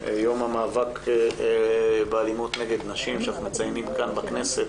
יום המאבק באלימות נגד נשים שאנחנו מציינים כאן בכנסת.